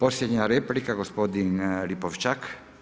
Posljednja replika, gospodin Lipošćak.